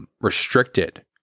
restricted